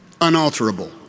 unalterable